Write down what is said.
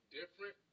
different